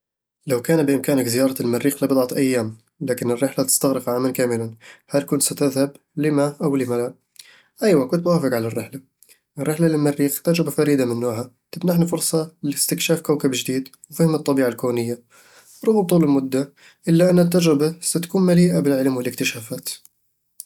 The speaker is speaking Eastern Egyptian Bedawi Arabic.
لو كان بإمكانك زيارة المريخ لبضعة أيام، لكن الرحلة تستغرق عامًا كاملًا، هل كنت ستذهب؟ لِمَ أو لِمَ لا؟ ايوه، كنت بوافق على الرحلة الرحلة للمريخ تجربة فريدة من نوعها وتمنحني فرصة لاستكشاف كوكب جديد وفهم الطبيعة الكونية رغم طول المدة، إلا أن التجربة ستكون مليئة بالعلم والاكتشافات